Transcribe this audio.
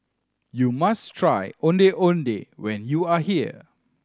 you must try Ondeh Ondeh when you are here